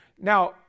now